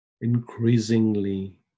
increasingly